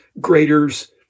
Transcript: graders